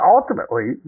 Ultimately